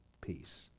peace